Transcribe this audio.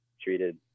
treated –